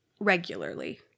regularly